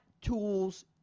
tools